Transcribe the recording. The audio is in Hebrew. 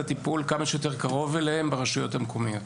הטיפול כמה שיותר קרוב אליהן ברשויות המקומיות.